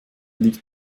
liegt